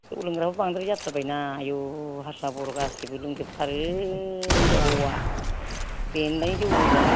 जौ लोंग्राफ्राबो बांद्राय जाथारबायना आयौ हारसा बर' गासैबो लोंजोबथारो हिनजाव हौवा जौ लोंग्रा गोजा